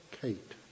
Kate